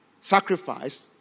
sacrifice